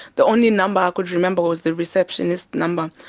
the only number i could remember was the receptionist number,